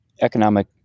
economic